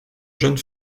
jeune